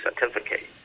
certificate